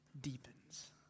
deepens